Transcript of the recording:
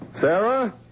Sarah